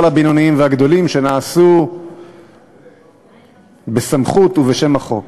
לא על הבינוניים והגדולים שנעשו בסמכות ובשם החוק.